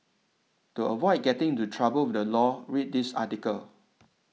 to avoid getting into trouble with the law read this article